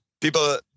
people